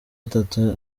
atatu